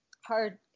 Hard